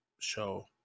show